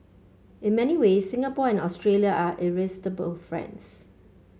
in many ways Singapore and Australia are irresistible friends